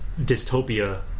dystopia